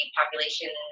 population